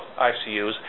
ICUs